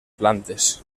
plantes